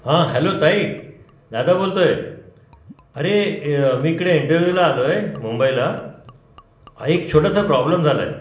हां हॅलो ताई दादा बोलतो आहे अरे मी इकडे इंटरव्यूला आलो आहे मुंबईला एक छोटासा प्रॉब्लेम झाला आहे